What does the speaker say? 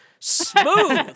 Smooth